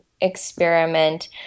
experiment